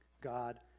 God